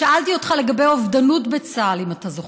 שאלתי אותך לגבי אובדנות בצה"ל, אם אתה זוכר,